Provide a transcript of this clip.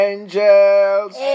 Angels